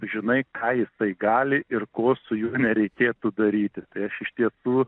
žinai ką jisai gali ir ko su juo nereikėtų daryti tai aš iš tiesų